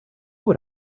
what